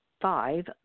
five